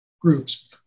groups